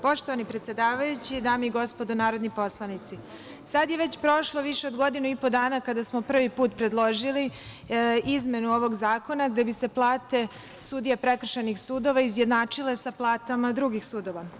Poštovani predsedavajući, dame i gospodo narodni poslanici, sad je već prošlo više od godinu i po dana kada smo prvi put predložili izmenu ovog zakona da bi se plate sudija prekršajnih sudova izjednačile sa platama drugih sudova.